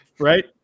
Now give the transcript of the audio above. Right